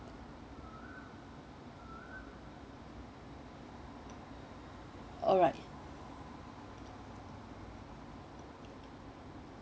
alright